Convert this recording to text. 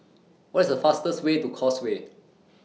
What IS The fastest Way to Causeway